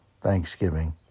Thanksgiving